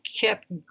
kept